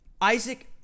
Isaac